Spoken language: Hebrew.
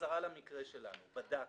בחזרה למקרה שלנו בדקתי.